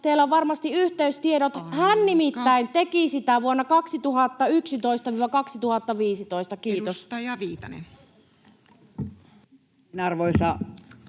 teillä on varmasti yhteystiedot. [Puhemies: Aika!] Hän nimittäin teki sitä vuosina 2011—2015. — Kiitos. Edustaja Viitanen. Arvoisa